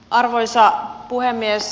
arvoisa puhemies